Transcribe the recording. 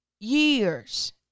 Years